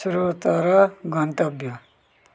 स्रोत र गन्तव्य